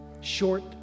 short